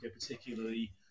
particularly